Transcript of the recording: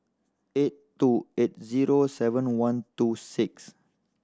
eight two eight zero seven one two six